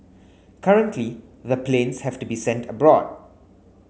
currently the planes have to be sent abroad